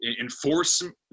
enforcement